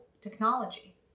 technology